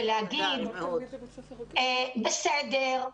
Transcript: -- ולהגיד, בסדר.